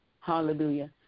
Hallelujah